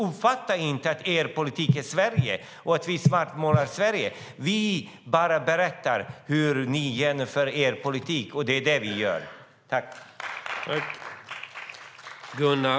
Uppfatta alltså inte att er politik är Sverige och att vi svartmålar Sverige! Vi berättar bara hur ni genomför er politik. Det är det vi gör.